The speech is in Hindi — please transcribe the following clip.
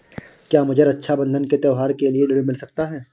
क्या मुझे रक्षाबंधन के त्योहार के लिए ऋण मिल सकता है?